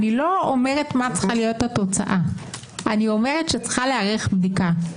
אני לא אומרת מה צריכה להיות התוצאה אלא אומרת שתיערך בדיקה,